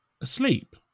asleep